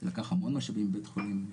זה לקח המון משאבים מבית החולים.